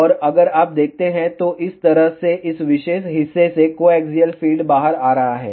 और अगर आप देखते हैं तो इस तरह से इस विशेष हिस्से से कोएक्सिअल फ़ीड बाहर आ रहा है